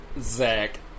Zach